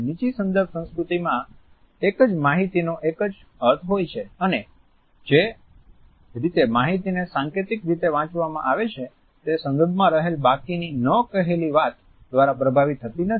નીચી સંદર્ભ સંસ્કૃતિમાં એકજ માહિતીનો એકજ અર્થ હોય છે અને જે રીતે માહિતીને સાંકેતિક રીતે વાંચવામાં આવે છે તે સંદર્ભમાં રહેલ બાકીની ન કહેલી વાત દ્વારા પ્રભાવિત થતી નથી